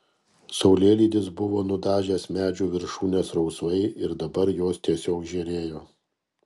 saulėlydis buvo nudažęs medžių viršūnes rausvai ir dabar jos tiesiog žėrėjo